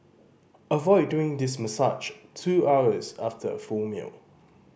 avoid doing this massage two hours after a full meal